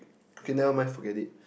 okay never mind forget it